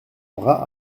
bras